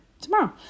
tomorrow